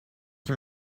qui